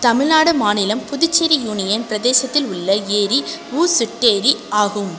தமிழ்நாடு மாநிலம் புதுச்சேரி யூனியன் பிரதேசத்தில் உள்ள ஏரி ஊசுட்டேரி ஆகும்